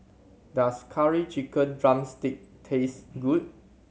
does Curry Chicken drumstick taste good